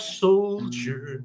soldier